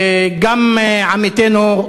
גם עמיתנו,